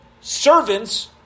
servants